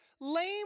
lame